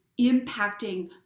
impacting